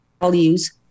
values